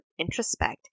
introspect